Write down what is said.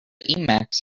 emacs